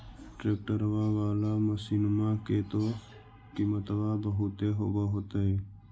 ट्रैक्टरबा बाला मसिन्मा के तो किमत्बा बहुते होब होतै?